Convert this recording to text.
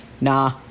nah